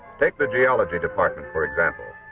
take the geology department, for example.